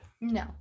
No